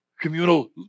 communal